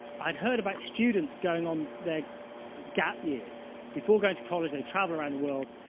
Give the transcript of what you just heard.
i had heard about students going on their gap years. before going to college, they'd travel around the world.